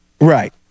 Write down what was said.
Right